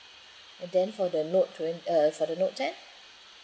and then for the note twen~ uh for the note ten